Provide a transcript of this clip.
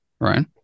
right